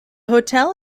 hotel